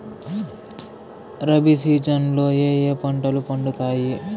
rabi season లో ఏ ఏ పంటలు పండుతాయి